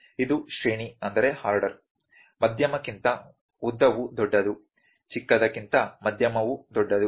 ಇದು ಶ್ರೇಣಿ ಮಧ್ಯಮಕ್ಕಿಂತ ಉದ್ದವು ದೊಡ್ಡದು ಚಿಕ್ಕದಕ್ಕಿಂತ ಮಧ್ಯಮವು ದೊಡ್ಡದು